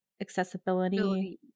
Accessibility